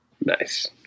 Nice